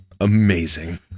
amazing